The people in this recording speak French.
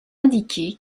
indiqué